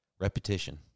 Repetition